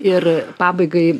ir pabaigai